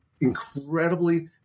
incredibly